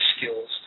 skills